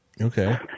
okay